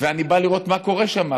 אני בא לראות מה קורה שם,